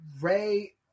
Ray